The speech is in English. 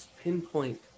pinpoint